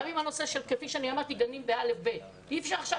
גם לגבי גני ילדים וכיתות א'-ב' ואי אפשר עכשיו,